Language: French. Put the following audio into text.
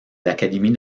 l’académie